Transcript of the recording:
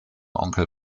onkel